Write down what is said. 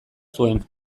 zuen